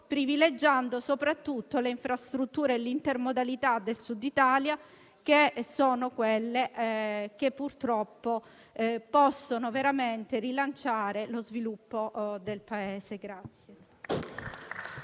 privilegiando soprattutto le infrastrutture e l'intermodalità del Sud Italia che sono quelle che, purtroppo, possono veramente rilanciare lo sviluppo del Paese.